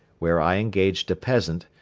where i engaged a peasant,